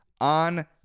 on